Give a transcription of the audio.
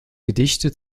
gedichte